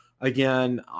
again